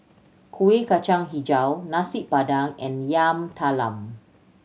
Kueh Kacang Hijau Nasi Padang and Yam Talam